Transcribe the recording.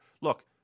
look